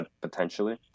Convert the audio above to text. potentially